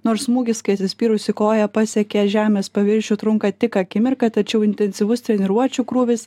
nors smūgis kai atsispyrusi koja pasiekia žemės paviršių trunka tik akimirką tačiau intensyvus treniruočių krūvis